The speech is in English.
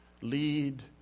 lead